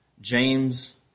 James